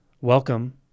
welcome